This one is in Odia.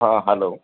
ହଁ ହ୍ୟାଲୋ